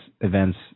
events